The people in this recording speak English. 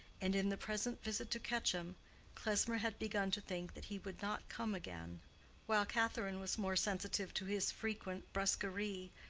and in the present visit to quetcham, klesmer had begun to think that he would not come again while catherine was more sensitive to his frequent brusquerie,